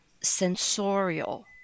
sensorial